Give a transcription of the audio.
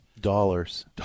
Dollars